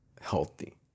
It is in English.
healthy